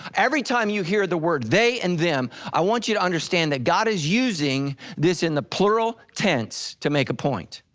every time you hear the word they and them, i want you to understand that god is using this in the plural tense to make a point.